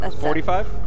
Forty-five